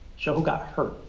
show who got hurt,